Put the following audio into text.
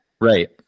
Right